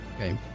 Okay